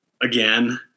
again